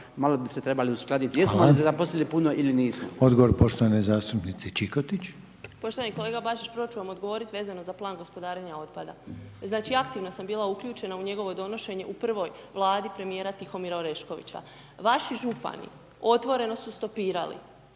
malo bi se trebali uskladiti …/Upadica: Hvala/… jesmo li zaposlili puno ili nismo. **Reiner, Željko (HDZ)** Odgovor poštovane zastupnice Čikotić. **Čikotić, Sonja (Nezavisni)** Poštovani kolega Bačić, prvo ću vam odgovoriti vezano za Plan gospodarenja otpada. Znači, aktivno sam bila uključena u njegovo donošenje u prvoj Vladi premijera Tihomira Oreškovića. Vaši župani otvoreno su stopirali